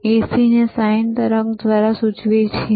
અમે AC ને sine તરંગ દ્વારા સૂચવીએ છીએ